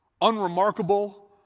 unremarkable